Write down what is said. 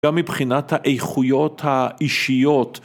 ‫גם מבחינת האיכויות האישיות.